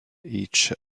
each